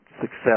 success